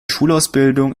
schulausbildung